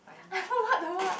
I forgot the word